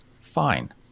fine